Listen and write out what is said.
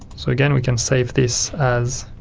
so again we can save this as